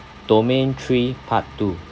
domain three part two